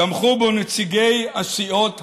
תמכו בו נציגי הסיעות הבאות: